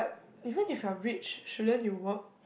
even if you're rich shouldn't you work